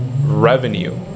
revenue